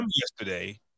yesterday